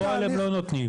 זה לא שאני לא חייב.